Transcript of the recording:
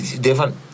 different